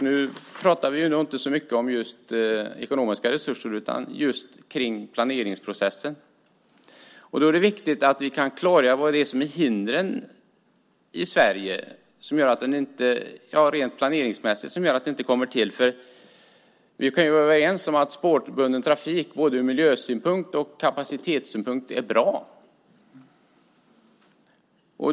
Nu pratar vi inte så mycket om ekonomiska resurser utan just om planeringsprocessen. Då är det viktigt att vi kan klargöra vilka hindren är i Sverige som gör att spårtrafiken rent planeringsmässigt inte kommer till. Vi kan vara överens om att spårbunden trafik är bra ur både miljö och kapacitetssynpunkt.